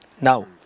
Now